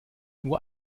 nur